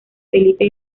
felipe